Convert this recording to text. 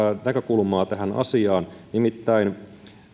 näkökulmaa tähän asiaan nimittäin